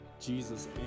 Jesus